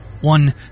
one